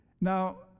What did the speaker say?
Now